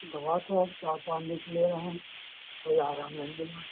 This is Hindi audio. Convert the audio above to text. दवा तो हम चार पाँच दिन से ले रहे हैं कोई आराम नहीं मिला है